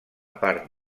part